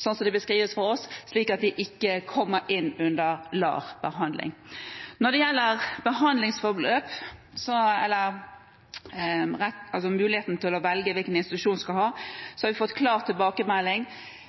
slik det beskrives for oss, slik at de ikke kommer inn under LAR-behandling. Når det gjelder behandlingsforløp og muligheten til å velge institusjon, har vi fått klar tilbakemelding: